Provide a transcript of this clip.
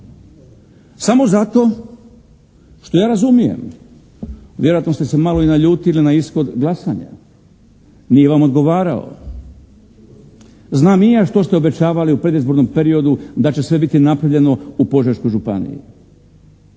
Samo zato što ja razumijem. Vjerojatno ste se malo i naljutili na ishod glasanja. Nije vam odgovarao. Znam i ja što ste obećavali u predizbornom periodu, da će sve biti napravljeno u Požeškoj županiji.